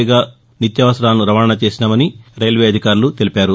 పైగా నిత్యావసరాలను రవాణా చేశామని రైల్వే అధికారులు తెలిపారు